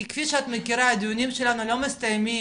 כי כפי שאת מכירה הדיונים שלנו לא מסתיימים